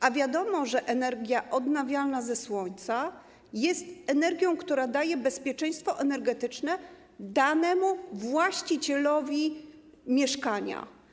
A wiadomo, że energia odnawialna ze słońca jest energią, która daje bezpieczeństwo energetyczne danemu właścicielowi mieszkania.